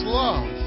love